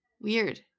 Weird